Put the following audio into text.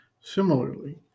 Similarly